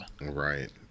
Right